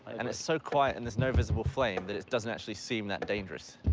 and it's so quiet and there's no visible flame that it doesn't actually seem that dangerous.